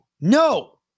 No